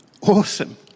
Awesome